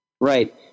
Right